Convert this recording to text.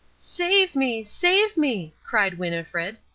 save me! save me! cried winnifred.